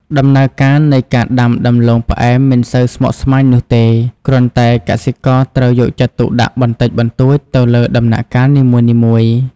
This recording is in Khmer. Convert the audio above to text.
ដំណើរការនៃការដាំដំឡូងផ្អែមមិនសូវស្មុគស្មាញនោះទេ គ្រាន់តែកសិករត្រូវយកចិត្តទុកដាក់បន្តិចបន្តួចទៅលើដំណាក់កាលនីមួយៗ។